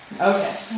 okay